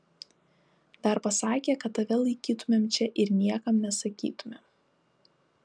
dar pasakė kad tave laikytumėm čia ir niekam nesakytumėm